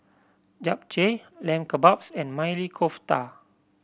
Japchae Lamb Kebabs and Maili Kofta